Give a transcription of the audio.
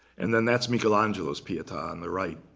and then that's michelangelo's pieta on the right.